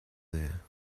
there